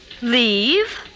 Leave